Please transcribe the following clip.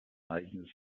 eigenes